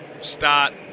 start